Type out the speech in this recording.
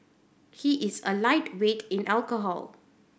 he is a lightweight in alcohol